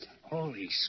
Holy